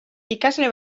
ikasle